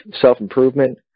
self-improvement